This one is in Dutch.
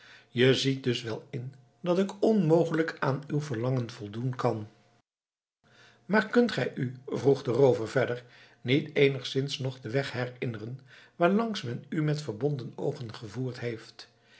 je ziet dus wel in dat ik onmogelijk aan uw verlangen voldoen kan maar kunt gij u vroeg de roover verder niet eenigszins nog den weg herinneren waarlangs men u met verbonden oogen gevoerd heeft